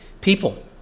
people